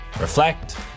reflect